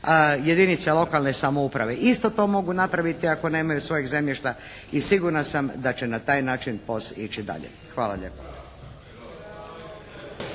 jedinice lokalne samouprave isto to mogu napraviti ako nemaju svojeg zemljišta i sigurna sam da će na taj način POS ići dalje. Hvala lijepa.